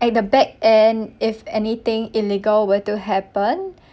at the backend if anything illegal were to happen